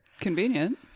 Convenient